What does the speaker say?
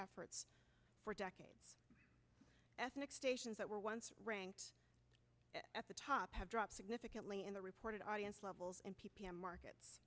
efforts for decades ethnic stations that were once ranked at the top have dropped significantly in the reported audience levels and ppm market